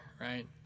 right